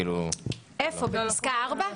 בפסקה (4)?